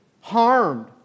harmed